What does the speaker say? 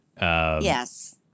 yes